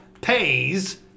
Pays